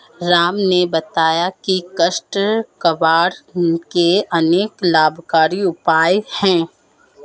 राम ने बताया की काष्ठ कबाड़ के अनेक लाभकारी उपयोग हैं